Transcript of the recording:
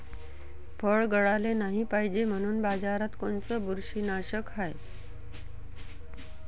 फळं गळाले नाही पायजे म्हनून बाजारात कोनचं बुरशीनाशक हाय?